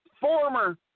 Former